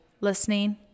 Listening